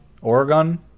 Oregon